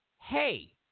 Hey